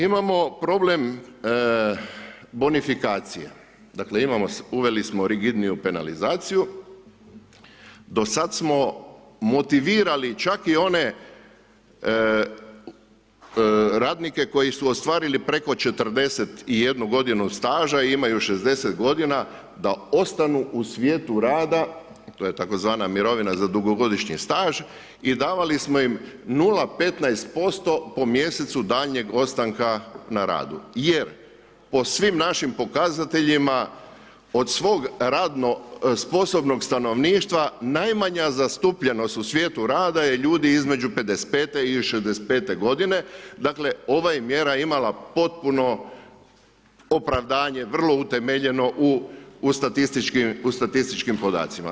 Imamo problem bonifikacije, dakle, uveli smo rigidniju penalizaciju, do sada smo motivirali čak i one radnike koji su ostvarili preko 41 godinu staža, imaju 60 godina, da ostanu u svijetu rada, to je tzv. mirovina za dugogodišnji staž i davali smo im 0,15% po mjesecu daljnjeg ostanka na radu, jer po svim našim pokazateljima od svog radno sposobnog stanovništva, najmanja zastupljenost u svijetu rada je ljudi između 55.-te i 65.-te godine, dakle, ova je mjera imala potpuno opravdanje, vrlo utemeljeno u statističkim podacima.